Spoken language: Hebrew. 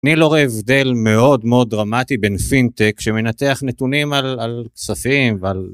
אני לא ראה הבדל מאוד מאוד דרמטי בין פינטק שמנתח נתונים על כספים ועל...